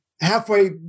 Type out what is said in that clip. halfway